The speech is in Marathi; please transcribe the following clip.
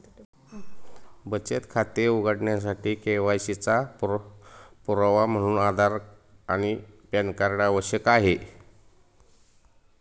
बचत खाते उघडण्यासाठी के.वाय.सी चा पुरावा म्हणून आधार आणि पॅन कार्ड आवश्यक आहे